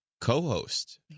co-host